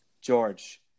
George